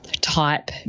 type